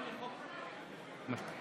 כ"ט,